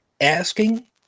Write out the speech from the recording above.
asking